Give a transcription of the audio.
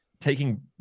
taking